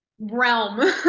realm